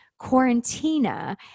Quarantina